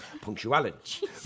punctuality